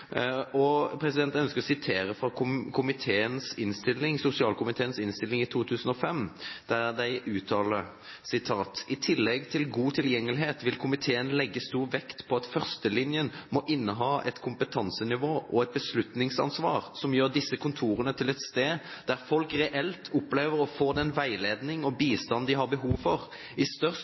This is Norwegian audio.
Jeg ønsker å sitere fra sosialkomiteens innstilling i 2005, der man uttaler: «I tillegg til god tilgjengelighet vil komiteen legge stor vekt på at førstelinjen må inneha et kompetansenivå og et beslutningsansvar som gjør disse kontorene til et sted der folk reelt opplever å få den veiledning og bistand de har behov for, i størst